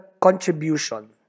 contribution